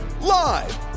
Live